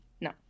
No